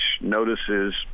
notices